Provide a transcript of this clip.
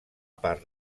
part